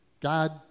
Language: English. God